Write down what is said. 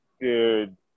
Dude